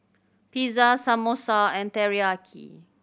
Pizza Samosa and Teriyaki